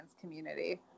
community